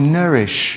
nourish